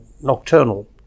nocturnal